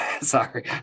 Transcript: Sorry